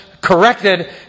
corrected